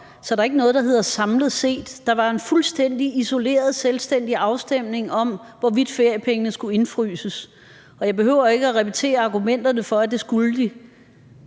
Så der er ikke noget, der hedder samlet set. Der var en fuldstændig isoleret, selvstændig afstemning om, hvorvidt feriepengene skulle indefryses, og jeg behøver ikke at repetere argumenterne for, at det skulle de.